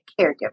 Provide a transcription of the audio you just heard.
caregiver